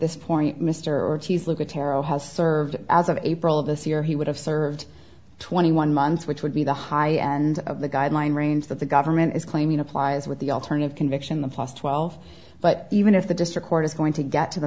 this point mr ortiz look at terrell has served as of april of this year he would have served twenty one months which would be the high end of the guideline range that the government is claiming applies with the alternative conviction the plus twelve but even if the district court is going to get to the